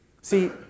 See